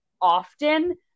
often